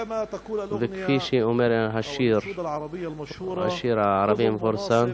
וכפי שאומר השיר הערבי המפורסם,